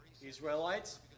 Israelites